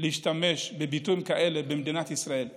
להשתמש בביטויים כאלה במדינת ישראל כנגד,